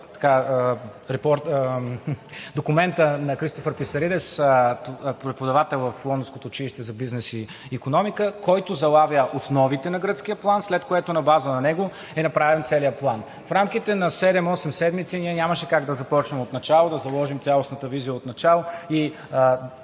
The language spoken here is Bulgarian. документът на Кристофър Писаридис, преподавател в Лондонското училище за бизнес и икономика, който залага основите на гръцкия план, след което на база на него е направен целият план. В рамките на седем-осем седмици, ние нямаше как да започнем отначало, да заложим цялостната визия отначало и